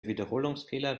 wiederholungsfehler